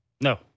No